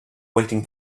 waiting